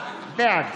בעד